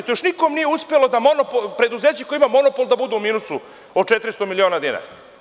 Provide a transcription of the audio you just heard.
To još nikom nije uspelo da preduzeće koje ima monopol da bude u minusu od 400 miliona dinara.